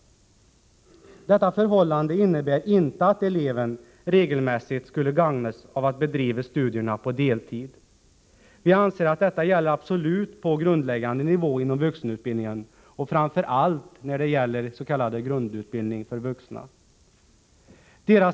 Detta förhållande innebär inte att eleven regelmässigt skulle gagnas av att bedriva studierna på deltid. Vi anser att detta absolut gäller på grundläggande nivå inom vuxenutbildningen och framför allt i fråga om s.k. grundutbildning för vuxna.